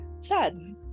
sad